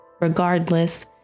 Regardless